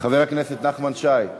חבר הכנסת נחמן שי,